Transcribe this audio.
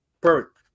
Perfect